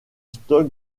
stock